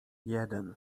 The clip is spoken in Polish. jeden